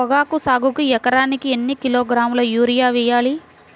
పొగాకు సాగుకు ఎకరానికి ఎన్ని కిలోగ్రాముల యూరియా వేయాలి?